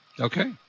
Okay